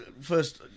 first